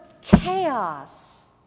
chaos